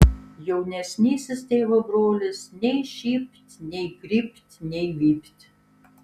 jaunesnysis tėvo brolis nei šypt nei krypt nei vypt